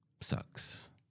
sucks